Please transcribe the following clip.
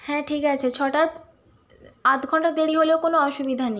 হ্যাঁ ঠিক আছে ছটার আধঘন্টা দেরি হলেও কোনও অসুবিধা নেই